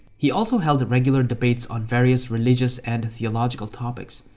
he also held regular debate on various religious and theological topics.